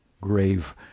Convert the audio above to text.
grave